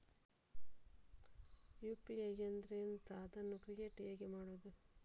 UPI ಅಂದ್ರೆ ಎಂಥ? ಅದನ್ನು ಕ್ರಿಯೇಟ್ ಹೇಗೆ ಮಾಡುವುದು?